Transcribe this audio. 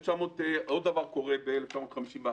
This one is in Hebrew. עוד דבר קורה בשנה זאת,